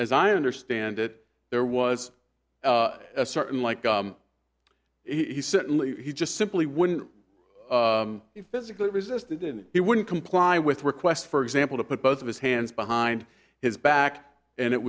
as i understand it there was a certain like he certainly he just simply wouldn't physically resisted and he wouldn't comply with requests for example to put both of his hands behind his back and it